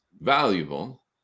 valuable